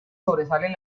sobresalen